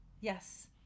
Yes